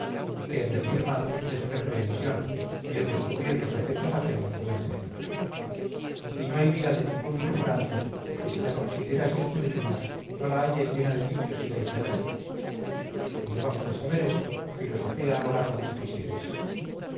y que el decir mal es reprehensión y el descubrir los defetos ajenos buen celo y no hay vida de ningún murmurante que si la consideras y escudriñas no la halles llena de vicios y de insolencias y debajo de saber esto filosofea ahora cuanto quisieres